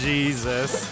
Jesus